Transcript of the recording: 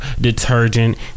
Detergent